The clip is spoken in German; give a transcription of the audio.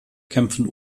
kämpfen